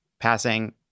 passing